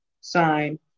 sign